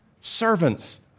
Servants